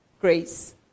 grace